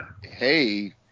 hey